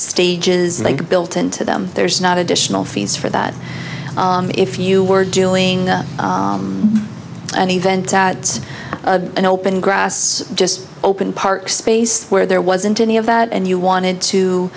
stages like built into them there's not additional fees for that if you were doing an event it's an open grass just open park space where there wasn't any of that and you wanted